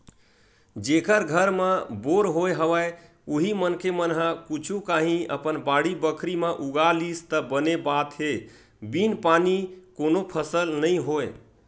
जेखर घर म बोर होय हवय उही मनखे मन ह कुछु काही अपन बाड़ी बखरी म उगा लिस त बने बात हे बिन पानी कोनो फसल नइ होय